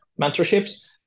mentorships